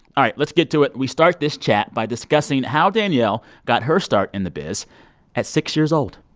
all right. let's get to it. we start this chat by discussing how danielle got her start in the biz at six years old